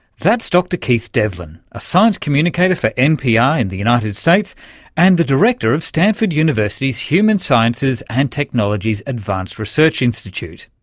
that's dr keith devlin, a science communicator for npr in the united states and the director of stanford university's human-sciences and technologies advanced research institute.